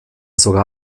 sogar